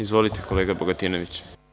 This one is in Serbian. Izvolite, kolega Bogatinović.